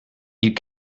you